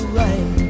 right